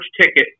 ticket